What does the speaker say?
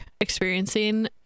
experiencing